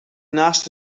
naast